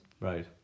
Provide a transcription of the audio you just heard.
Right